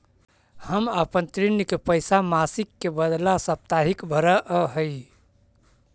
हम अपन ऋण के पैसा मासिक के बदला साप्ताहिक भरअ ही